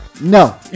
No